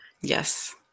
Yes